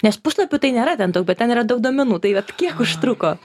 nes puslapių tai nėra ten daug bet ten yra daug duomenų tai vat kiek užtruko